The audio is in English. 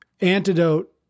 antidote